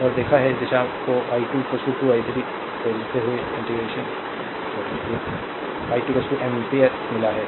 और देखा है इस दिशा को i2 2 i 3 तो i2 2 एम्पीयर मिला है